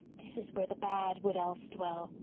this is where the bad wood elves dwell,